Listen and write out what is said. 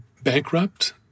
bankrupt